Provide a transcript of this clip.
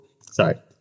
Sorry